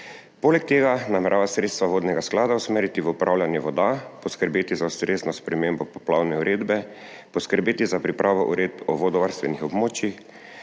(nadaljevanje) sredstva vodnega sklada usmeriti v upravljanje voda, poskrbeti za ustrezno spremembo poplavne uredbe, poskrbeti za pripravo Uredb o vodovarstvenih območjih,